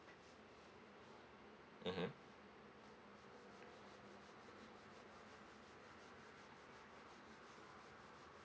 mmhmm